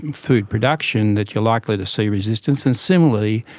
and food production that you're likely to see resistance. and similarly,